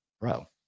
bro